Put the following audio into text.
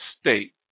state